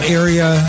area